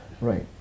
Right